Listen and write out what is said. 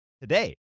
today